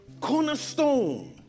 cornerstone